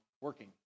working